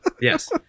Yes